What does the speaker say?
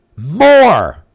more